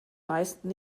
meisten